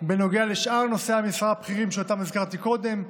בנוגע לשאר נושאי המשרה הבכירים שהזכרתי קודם,